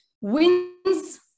wins